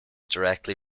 directly